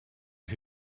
who